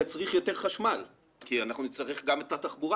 זה יצריך יותר חשמל כי נצטרך גם את התחבורה